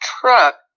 truck